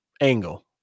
angle